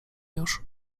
już